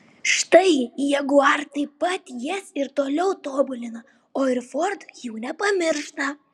štai jaguar taip pat jas ir toliau tobulina o ir ford jų nepamiršta